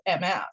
MS